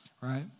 right